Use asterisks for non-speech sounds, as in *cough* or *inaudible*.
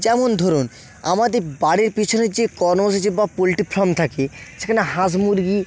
যেমন ধরুন আমাদে বাড়ির পিছনের যে *unintelligible* বা পোল্ট্রি ফার্ম থাকে সেখানে হাঁস মুরগি